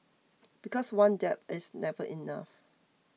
because one dab is never enough